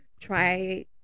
try